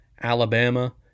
alabama